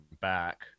back